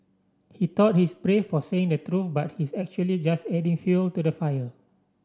he thought his brave for saying the truth but his actually just adding fuel to the fire